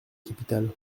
capitale